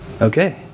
okay